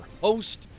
host